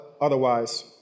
otherwise